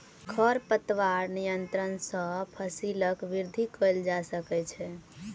खरपतवार नियंत्रण सॅ फसीलक वृद्धि कएल जा सकै छै